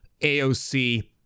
AOC